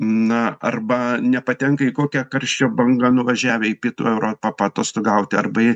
na arba nepatenka į kokią karščio bangą nuvažiavę į pietų europą paatostogaut arba į